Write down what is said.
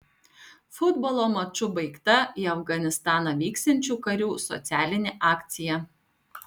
futbolo maču baigta į afganistaną vyksiančių karių socialinė akcija